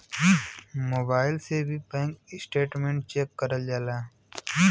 mobile से भी bank statement check करल जाला